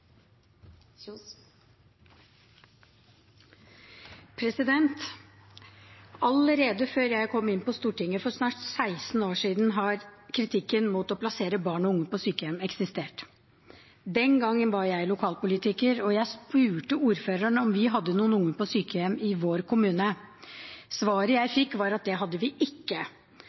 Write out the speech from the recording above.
Allerede før jeg kom inn på Stortinget for snart 16 år siden, eksisterte kritikken mot å plassere barn og unge på sykehjem. Den gangen var jeg lokalpolitiker, og jeg spurte ordføreren om vi hadde noen unge på sykehjem i vår kommune. Svaret jeg fikk, var at det hadde vi ikke.